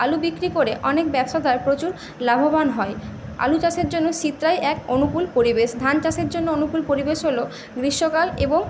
আলু বিক্রি করে অনেক ব্যবসাদার প্রচুর লাভবান হয় আলু চাষের জন্য শীতটায় এক অনুকূল পরিবেশ ধান চাষের জন্য অনুকূল পরিবেশ হলো গ্রীষ্মকাল এবং